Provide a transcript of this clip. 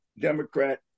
Democrat